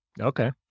Okay